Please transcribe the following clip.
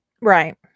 Right